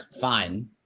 fine